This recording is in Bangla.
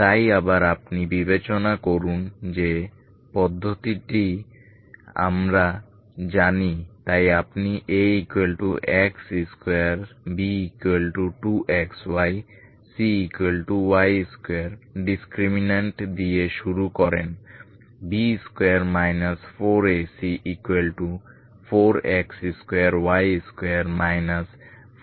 তাই আবার আপনি বিবেচনা করুন যে পদ্ধতিটি আমরা জানি তাই আপনি Ax2 B2xy cy2 ডিস্ক্রিমিনান্ট দিয়ে শুরু করেন B2 4AC4x2y2 4x2y20